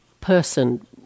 person